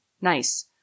Nice